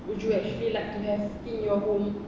would you actually like to have in your home